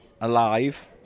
Alive